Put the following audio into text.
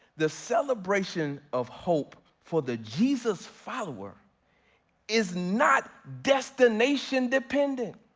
the celebration of hope for the jesus follower is not destination dependent.